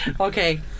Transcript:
Okay